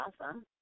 awesome